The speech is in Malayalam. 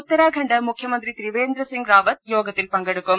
ഉത്തരാഖണ്ഡ് മുഖ്യമന്ത്രി ത്രിവേന്ദ്രസിംഗ് റാവത്ത് യോഗത്തിൽ പങ്കെടുക്കും